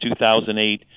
2008